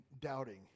doubting